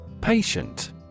Patient